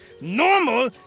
normal